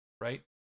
right